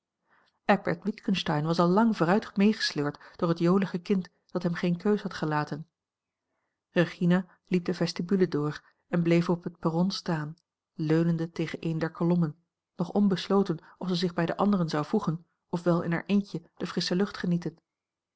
eckbert witgensteyn was al lang vooruit meegesleurd door het jolige kind dat hem geene keus had gelaten regina liep de vestibule door en bleef op het perron staan leunende tegen een der kolommen nog onbesloten of zij zich bij de anderen zou voegen of wel in haar eentje de frissche lucht genieten